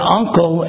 uncle